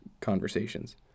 conversations